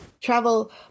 travel